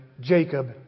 Jacob